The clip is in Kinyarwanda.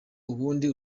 ubundi